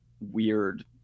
weird